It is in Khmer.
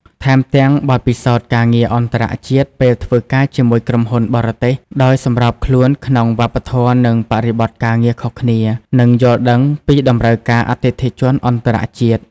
ថែមទាំង បទពិសោធន៍ការងារអន្តរជាតិ ពេលធ្វើការជាមួយក្រុមហ៊ុនបរទេស ដោយសម្របខ្លួនក្នុងវប្បធម៌និងបរិបទការងារខុសគ្នា និងយល់ដឹងពីតម្រូវការអតិថិជនអន្តរជាតិ។